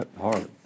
hard